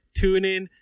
TuneIn